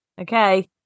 Okay